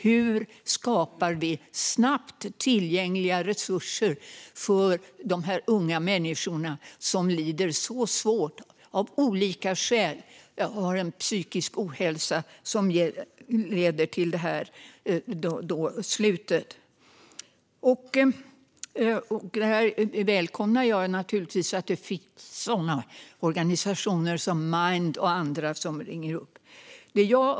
Hur ska vi snabbt skapa tillgängliga resurser för de unga människor som lider svårt av olika skäl och som har psykisk ohälsa som leder till ett sådant slut? Jag välkomnar naturligtvis att det finns organisationer som Mind och andra som ringer upp.